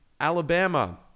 Alabama